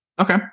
Okay